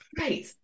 right